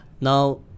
Now